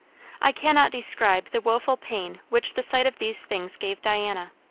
i cannot describe the woful pain which the sight of these things gave diana.